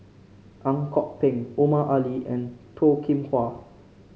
Ang Kok Peng Omar Ali and Toh Kim Hwa